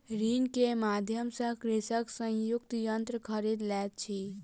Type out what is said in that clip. ऋण के माध्यम सॅ कृषक संयुक्तक यन्त्र खरीद लैत अछि